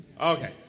Okay